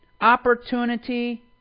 opportunity